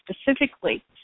specifically